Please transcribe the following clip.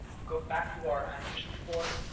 go back to our annotation report,